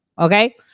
Okay